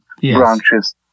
branches